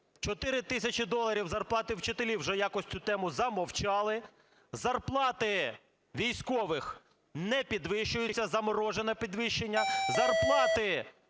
4 тисячі доларів зарплати вчителів, вже якось цю тему замовчали, зарплати військових не підвищуються, заморожене підвищення, зарплати